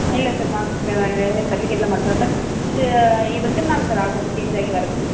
ஆ இல்லை சார் மார்க்ஷீட்டில் கிடையாது செர்டிஃபிகேட்டில் மட்டுந்தான் சார் இது இது எத்தனை நாள் சார் ஆகும் சேஞ்ச் ஆகி வர்றதுக்கு